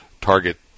target